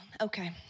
Okay